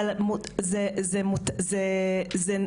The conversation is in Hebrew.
אבל זה מתבצע,